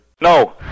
no